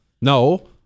No